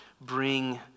bring